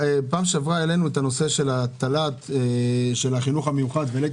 פעם שעברה העלינו את הנושא של התל"ן של החינוך המיוחד העליתי